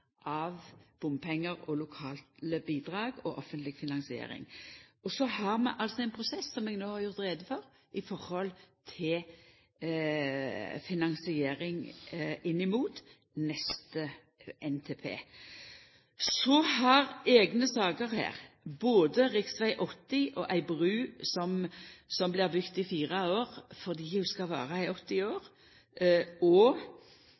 av bompengar, lokalt bidrag og offentleg finansiering. Og så har vi altså ein prosess som eg har gjort greie for i forhold til finansiering inn mot neste NTP. Så er det nokre saker her, rv. 80, ei bru som blir bygd med fire felt fordi ho skal vara i 80